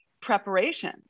preparation